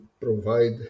provide